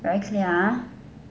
very clear ha